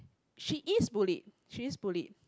she is bullied she is bullied